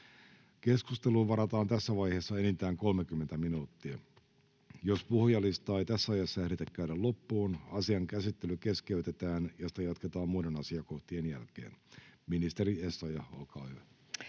Keskusteluun varataan tässä vaiheessa enintään 30 minuuttia. Jos puhujalistaa ei tässä ajassa ehditä käydä loppuun, asian käsittely keskeytetään ja sitä jatketaan muiden asiakohtien jälkeen. — Ministeri Essayah, olkaa hyvä.